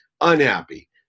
unhappy